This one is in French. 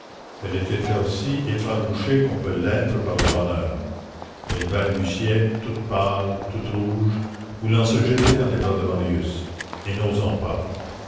elle était aussi effarouchée qu'on peut l'être par le bonheur elle balbutiait toute pâle toute rouge voulant se jeter dans les bras de marius et